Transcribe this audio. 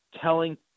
telling